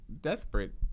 desperate